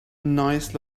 nice